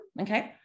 okay